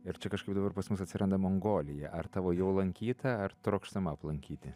ir čia kažkaip dabar pas mus atsiranda mongolija ar tavo jau lankyta ar trokštama aplankyti